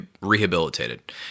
rehabilitated